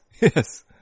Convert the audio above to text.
Yes